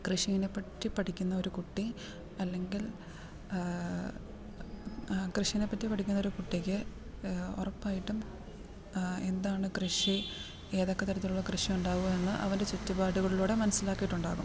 കൃഷീനെപ്പറ്റി പഠിക്കുന്ന ഒരു കുട്ടി അല്ലെങ്കിൽ കൃഷീനെപ്പറ്റി പഠിക്കുന്ന ഒരു കുട്ടിക്ക് ഉറപ്പായിട്ടും എന്താണ് കൃഷി ഏതൊക്കെ തരത്തിലുള്ള കൃഷി ഉണ്ടാവുക എന്ന് അവൻ്റെ ചുറ്റുപാടുകളിലൂടെ മനസ്സിലാക്കിയിട്ട് ഉണ്ടാകും